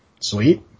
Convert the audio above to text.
sweet